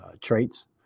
traits